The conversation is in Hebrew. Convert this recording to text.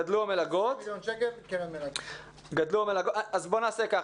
גדלו המלגות, אז בוא נעשה כך.